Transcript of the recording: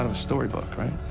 ah storybook right?